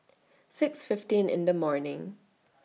six fifteen in The morning